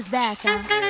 back